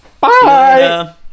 Bye